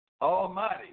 Almighty